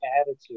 attitude